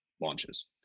launches